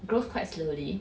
grows quite slowly